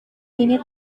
ini